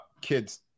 kids